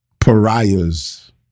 pariahs